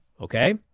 okay